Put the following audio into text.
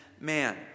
man